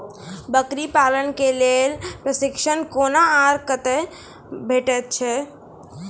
बकरी पालन के लेल प्रशिक्षण कूना आर कते भेटैत छै?